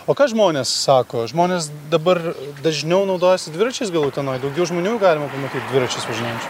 o ką žmonės sako žmonės dabar dažniau naudojasi dviračiais gal utenoj daugiau žmonių galima pamatyt dviračiais važinėjančių